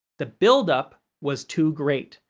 the build-up was too great,